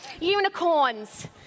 unicorns